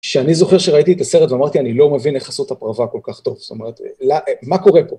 שאני זוכר שראיתי את הסרט ואמרתי, אני לא מבין איך עשו את הפרווה כל כך טוב, זאת אומרת, מה קורה פה?